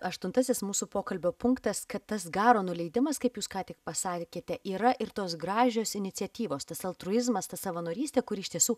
aštuntasis mūsų pokalbio punktas kad tas garo nuleidimas kaip jūs ką tik pasakėte yra ir tos gražios iniciatyvos tas altruizmas ta savanorystė kuri iš tiesų